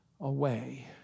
away